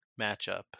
matchup